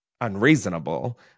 unreasonable